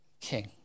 king